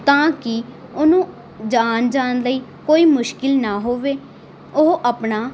ਤਾਂ ਕੀ ਉਹਨੂੰ ਜਾਣ ਜਾਣ ਲਈ ਕੋਈ ਮੁਸ਼ਕਿਲ ਨਾ ਹੋਵੇ ਉਹ ਆਪਣਾ